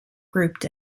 grouped